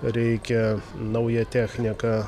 reikia nauja technika